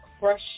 fresh